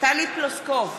טלי פלוסקוב,